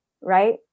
right